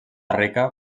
rica